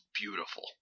beautiful